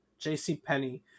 JCPenney